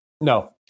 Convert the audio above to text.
No